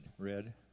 Red